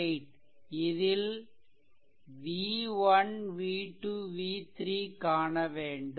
8 இதில் v1 v2 v3 காணவேண்டும்